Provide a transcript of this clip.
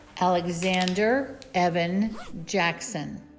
alexander evan jackson